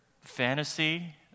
fantasy